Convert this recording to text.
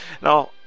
Now